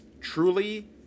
truly